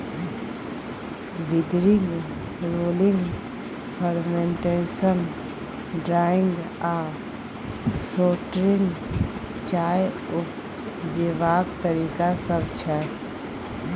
withering, rolling, fermentation, drying आ sorting चाय उपजेबाक तरीका सब छै